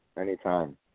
anytime